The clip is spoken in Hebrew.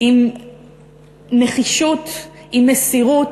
עם נחישות, עם מסירות,